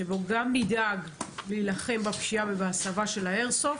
שבו גם נדאג להילחם בפשיעה ובהסבה של האיירסופט,